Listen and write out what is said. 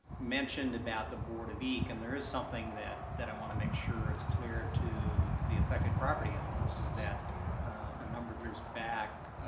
mentioned about the board of eq, and there is something that that i want to make sure it's clear to the affected property owners is that a number of years back,